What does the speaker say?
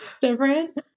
different